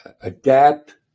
adapt